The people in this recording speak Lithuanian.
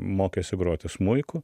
mokėsi groti smuiku